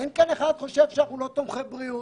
אין כאן אחד שחושב שאנחנו לא תומכי בריאות.